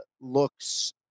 looks